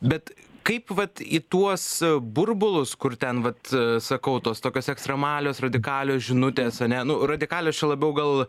bet kaip vat į tuos burbulus kur ten vat sakau tos tokios ekstremalios radikalios žinutės ar ne nu radikalios čia labiau gal